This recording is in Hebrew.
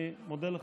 אני מודה לך,